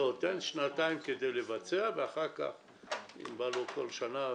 תן שנתיים כדי לבצע, ואחר כך אם בא לו, בכל שנה.